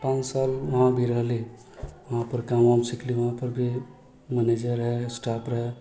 पाँच साल वहाँ भी रहली वहाँपर काम वाम सिखली वहाँपर भी मैनेजर हइ स्टाफ रहै